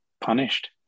punished